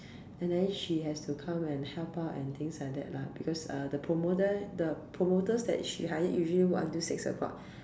and then she has to come and help out and things like that lah because uh the promoter the promoters that she hired usually work until six o-clock